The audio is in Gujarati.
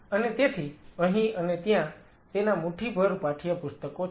અને તેથી અહીં અને ત્યાં તેના મુઠ્ઠીભર પાઠ્યપુસ્તકો છે